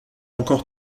encore